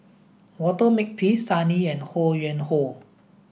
Walter Makepeace Sun Yee and Ho Yuen Hoe